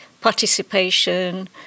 participation